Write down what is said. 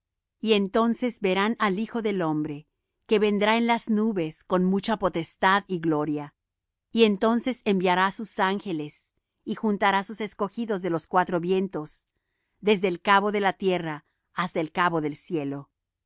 y entonces verán al hijo del hombre que vendrá en las nubes con mucha potestad y gloria y entonces enviará sus ángeles y juntará sus escogidos de los cuatro vientos desde el cabo de la tierra hasta el cabo del cielo